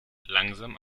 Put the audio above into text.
langsam